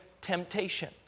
temptation